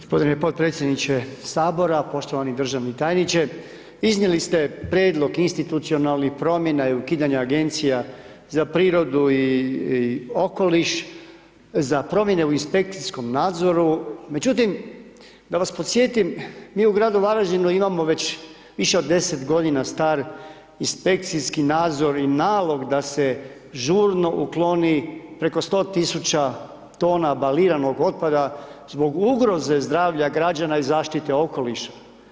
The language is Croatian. Gospodine podpredsjedniče sabora, poštovani državni tajniče iznijeli ste prijedlog institucionalnih promjena i ukidanja agencija za prirodu i okoliš, za promjene u inspekcijskom nadzoru, međutim da vas podsjetim mi u gradu Varaždinu imamo već više od 10 godina star inspekcijski nadzor i nalog da se žurno ukloni preko 100.000 tona baliranog otpada zbog ugroze zdravlja građana i zaštite okoliša.